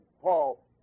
Paul